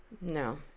No